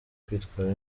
kwitwara